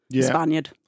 Spaniard